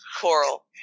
Coral